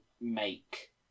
make